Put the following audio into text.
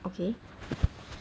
okay